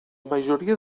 majoria